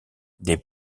des